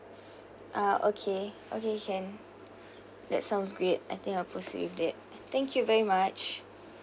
ah okay okay can that sounds great I think I proceed with that thank you very much